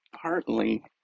partly